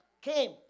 Came